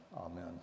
amen